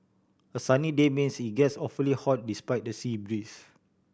a sunny day means it gets awfully hot despite the sea breeze